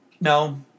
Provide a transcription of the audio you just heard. No